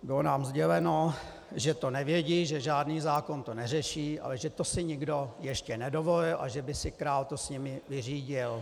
Bylo nám sděleno, že to nevědí, že to žádný zákon neřeší, ale že to si nikdo ještě nedovolil a že by si to král s nimi vyřídil.